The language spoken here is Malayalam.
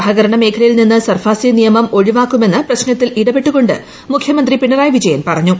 സഹകരണ മേഖലയിൽ നിന്ന് സർഫാസി നിയമം ഒഴിവാക്കുമെന്ന് പ്രശ്നത്തിൽ ഇടങ്കപ്പട്ടുകൊണ്ട് മുഖ്യമന്ത്രി പിണറായി വിജയൻ പറഞ്ഞു